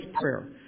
Prayer